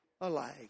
alike